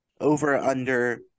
over-under